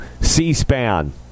C-SPAN